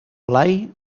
blai